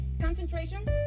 concentration